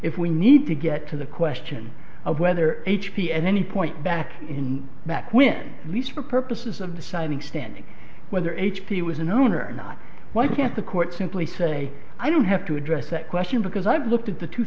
if we need to get to the question of whether h p at any point back in back when least for purposes of the siting standing whether h p was an owner or not why can't the court simply say i don't have to address that question because i've looked at the two